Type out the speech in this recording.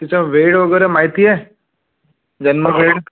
तिचा वेळ वगैरे माहिती आहे जन्म वेळ